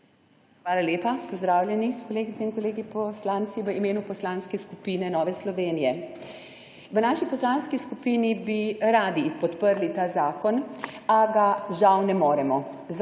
Hvala lepa. Pozdravljeni kolegice in kolegi poslanci v imenu Poslanske skupine Nove Slovenije! V naši poslanski skupini bi radi podprli ta zakona, a ga žal ne moremo.